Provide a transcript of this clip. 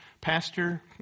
pastor